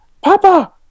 Papa